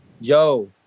Yo